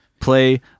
play